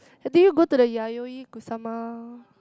hey did you go to the Yayoi-Kusama